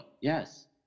Yes